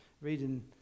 reading